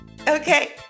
Okay